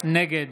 נגד